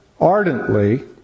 ardently